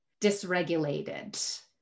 dysregulated